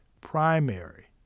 primary